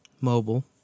mobile